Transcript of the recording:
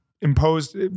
imposed